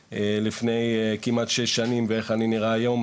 לפני כמעט שש שנים ואיך אני נראה היום,